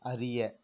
அறிய